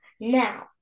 Now